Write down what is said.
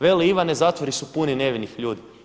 Veli Ivane zatvori su puni nevinih ljudi.